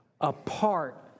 apart